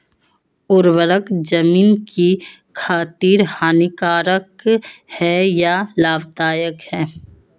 उर्वरक ज़मीन की खातिर हानिकारक है या लाभदायक है?